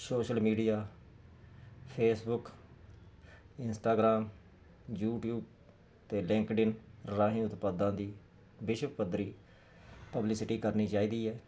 social media Facebook Instagram YouTube ਅਤੇ LinkedIn ਰਾਹੀਂ ਉਤਪਾਦਾਂ ਦੀ ਵਿਸ਼ਵ ਪੱਧਰੀ ਪਬਲੀਸਿਟੀ ਕਰਨੀ ਚਾਹੀਦੀ ਹੈ